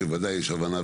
ואתם מנהלים מדינה